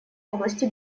области